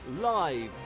Live